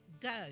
Go